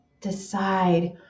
decide